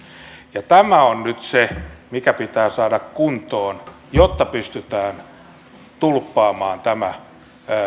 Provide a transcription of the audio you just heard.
ja tämä on nyt se mikä pitää saada kuntoon jotta pystytään tulppaamaan tämä